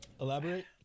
Elaborate